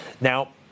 Now